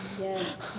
Yes